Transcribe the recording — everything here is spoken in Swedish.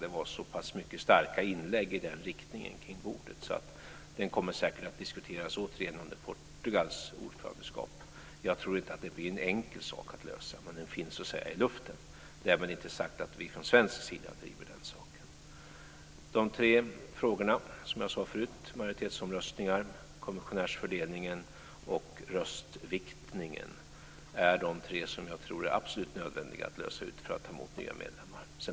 Det var så pass starka inlägg i den riktningen kring bordet, så den kommer säkert att diskuteras återigen under Portugals ordförandeskap. Jag tror inte att det blir en enkel sak att lösa, men den finns så att säga i luften. Därmed inte sagt att vi från svensk sida driver saken. De tre frågor som jag nämnde förut - majoritetsomröstningar, kommissionärsfördelningen och röstviktningen - är de frågor som jag tror är absolut nödvändiga att lösa för att kunna ta emot nya medlemmar.